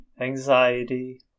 anxiety